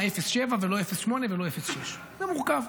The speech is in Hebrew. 0 7 ק"מ ולא 0 8 ולא 0 6. זה מורכב.